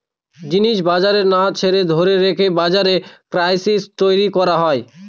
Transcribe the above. জিনিস বাজারে না ছেড়ে ধরে রেখে বাজারে ক্রাইসিস তৈরী করা হয়